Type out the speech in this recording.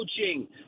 coaching